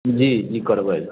जी जी करबै